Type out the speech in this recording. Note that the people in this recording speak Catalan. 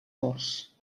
corts